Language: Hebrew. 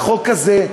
החוק הזה,